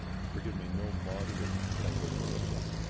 forgive me. no moderate dental fluorosis.